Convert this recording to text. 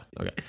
okay